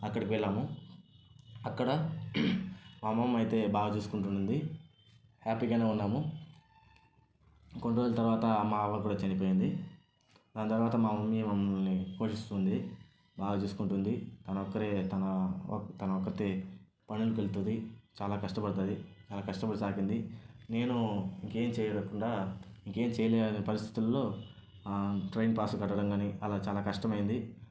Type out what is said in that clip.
అక్కడ వెళ్ళాము అక్కడ మా అమ్మమ్మ అయితే బాగా చూసుకుంటూ ఉండింది హ్యాపీగానే ఉన్నాము కొన్ని రోజుల తర్వాత మా అవ్వ కూడా చనిపోయింది దాని తర్వాత మా మమ్మీ మమ్మల్ని పోషిస్తుంది బాగా చూసుకుంటుంది తను ఒక్కరే తన తను ఒక్కతే పనులకి వెళ్తుంది చాలా కష్టపడుతుంది చాలా కష్టపడి సాకింది నేను ఇంకా ఏం చేయకుండా ఇంకేం చేయలని పరిస్థితుల్లో ట్రైన్ పాస్ కట్టడం కానీ చాలా చాలా కష్టమైంది